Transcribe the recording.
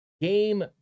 game